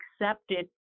accepted